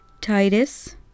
Titus